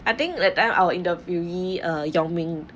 I think that time our interviewee err yong-min